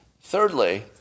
Thirdly